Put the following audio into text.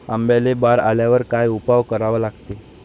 आंब्याले बार आल्यावर काय उपाव करा लागते?